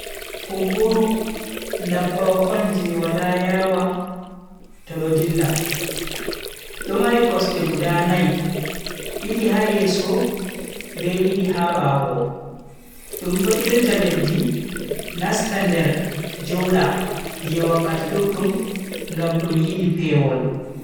kunkuru ndabbawa on je wala yawa to do dilla do mari kosde guda nai, didi ha yeso be didi ha bawo. dum do irta leddi nasta nder joda je wakkati duddum ngam dum yidi pewol.